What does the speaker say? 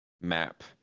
map